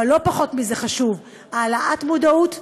אבל לא פחות מזה חשוב להעלות מודעות וחינוך.